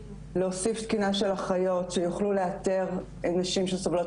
להוסיף תקינה של אחיות שיוכלו לאתר נשים שסובלות